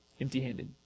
empty-handed